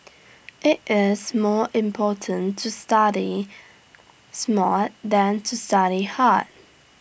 IT is more important to study smart than to study hard